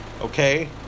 Okay